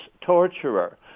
torturer